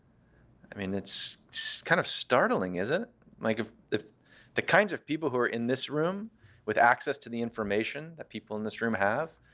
i mean, it's kind of startling, is it? like if the kinds of people who are in this room with access to the information that people in this room have,